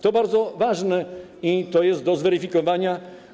To bardzo ważne i to jest do zweryfikowania.